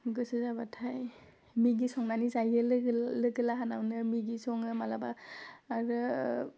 गोसो जाबाथाय मेगि संनानै जायो लोगो लोगो लाहानावनो मेगि सङो मालाबा आरो